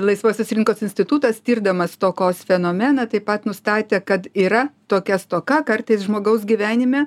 laisvosios rinkos institutas tirdamas stokos fenomeną taip pat nustatė kad yra tokia stoka kartais žmogaus gyvenime